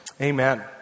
Amen